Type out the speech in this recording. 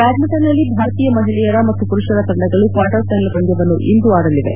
ಬ್ಯಾಡ್ಮಿಂಟನ್ನಲ್ಲಿ ಭಾರತೀಯ ಮಹಿಳೆಯರ ಮತ್ತು ಪುರುಷರ ತಂಡಗಳು ಕ್ಲಾರ್ಟರ್ ಫೈನಲ್ ಪಂದ್ಯವನ್ನು ಇಂದು ಆಡಲಿವೆ